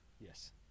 Yes